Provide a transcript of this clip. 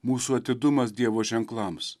mūsų atidumas dievo ženklams